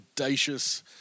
audacious